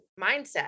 mindset